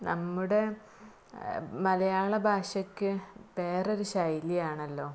നമ്മുടെ മലയാളഭാഷക്ക് വേറൊരു ശൈലിയാണല്ലോ